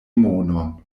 monon